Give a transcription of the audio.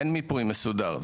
אין מיפוי מסודר.